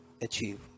achieve